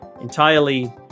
entirely